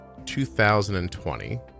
2020